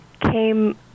came